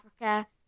Africa